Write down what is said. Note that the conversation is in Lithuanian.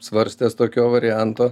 svarstęs tokio varianto